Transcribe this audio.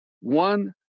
one